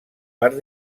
per